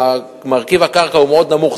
כשמרכיב הקרקע הוא מאוד נמוך,